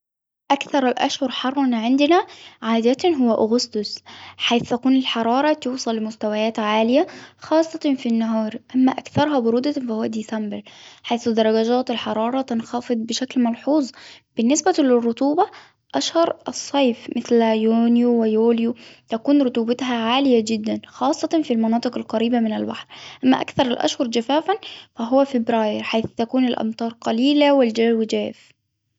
أكثر الأشهر حر عندنا عادة هو أغسطس حيث تكون الحرارة توصل لمستويات عالية خاصة في النهار، أما أكثرها برودة ديسمبر حيث درجات الحرارة تنخفض بشكل ملحوظ ، بالنسبة للرطوبة أشهر الصيف مثل يونيو ويوليو تكن عالية جدا خاصة في المناطق القريبة من البحر، أما أكثر الأشهر جفافا فهو فبراير حيث تكون الأمطار قليلة والجو جاف.